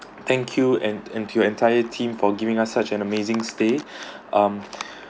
thank you and and to entire team for giving us such an amazing stay um